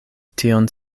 tion